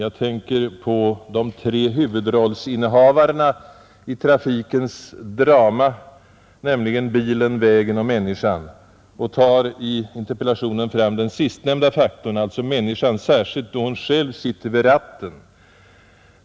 Jag tänker på de tre huvudrollsinnehavarna i trafikens drama, nämligen bilen, vägen och människan, och tar i interpellationen fram den sistnämnda faktorn, alltså människan, särskilt då hon själv sitter vid ratten.